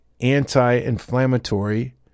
anti-inflammatory